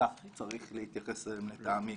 וכך צריך להתייחס אליהן לטעמי.